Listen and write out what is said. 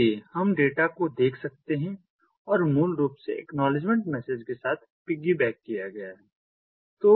इसलिए हम डेटा को देख सकते हैं मूल रूप से एक्नॉलेजमेंट मैसेज के साथ पिग्गीबैक किया गया है